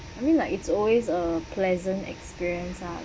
I mean like it's always a pleasant experience lah